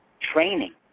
training